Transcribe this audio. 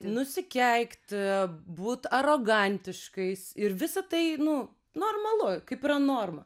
nusikeikt būt arogantiškais ir visa tai nu normalu kaip yra norma